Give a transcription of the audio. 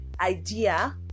idea